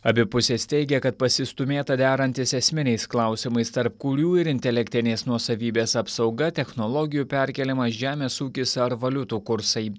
abi pusės teigia kad pasistūmėta derantis esminiais klausimais tarp kurių ir intelektinės nuosavybės apsauga technologijų perkėlimas žemės ūkis ar valiutų kursai